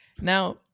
Now